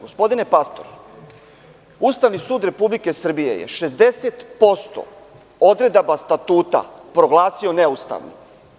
Gospodine Pastor, Ustavni sud Republike Srbije je 60% odredaba Statuta proglasio neustavnim.